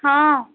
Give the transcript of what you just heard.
हा